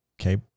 Okay